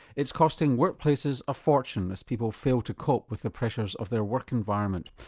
it's costing workplaces a fortune as people fail to cope with the pressures of their work environment.